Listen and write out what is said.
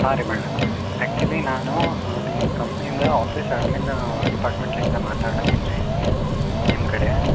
ಹಾಂ ರೀ madam actually ನಾನು ನಿಮ್ಮ ಕಂಪ್ನಿಯಿಂದ ಆಫೀಸ್ ಅಡ್ಮಿನ್ ಡಿಪಾರ್ಟ್ಮೆಂಟ್ಲಿಂದ ಮಾತಾಡುತ್ತೀನ್ರಿ ನಿಮ್ಮ ಕಡೆ